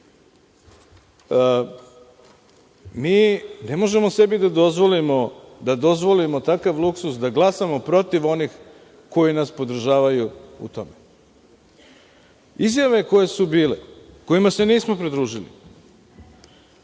mi ne možemo sebi da dozvolimo takav luksuz da glasamo protiv onih koji nas podržavaju u tome. Izjave koje su bile, kojima se nismo pridružili